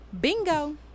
bingo